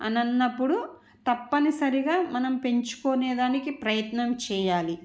అని అన్నప్పుడు తప్పనిసరిగా మనం పెంచుకునే దానికి ప్రయత్నం చెయ్యాలి